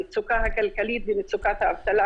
המצוקה הכלכלית ומצוקת האבטלה,